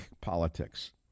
politics